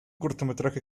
cortometraje